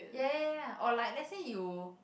ya ya ya or like let's say you